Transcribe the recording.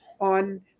on